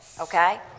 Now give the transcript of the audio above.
okay